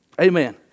Amen